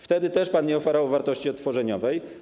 Wtedy też pan nie oferował wartości odtworzeniowej.